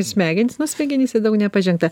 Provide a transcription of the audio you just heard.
smegenys nu o smegenyse daug nepažengta